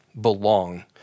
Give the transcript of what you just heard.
belong